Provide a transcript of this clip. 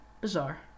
Bizarre